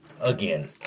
Again